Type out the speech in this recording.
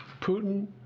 Putin